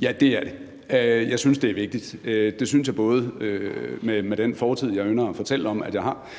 Ja, det er det. Jeg synes, det er vigtigt. Det synes jeg både med den fortid, jeg ynder at fortælle om at jeg har,